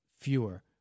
Fewer